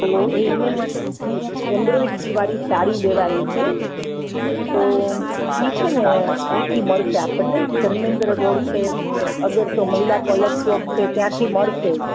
તો એને માટે છે ને એમબ્રોઇડરીવાળી સાડી લેવાની છે તો એ છે ને અહીંથી મળશે આપણને ધર્મેન્દ્ર રોડ છે અગર તો મહિલા કોલેજ ચોક છે ત્યાંથી મળશે